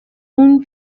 own